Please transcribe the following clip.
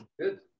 Good